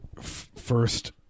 first